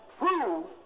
prove